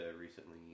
recently